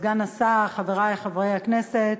סגן השר, חברי חברי הכנסת,